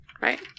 Right